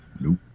Nope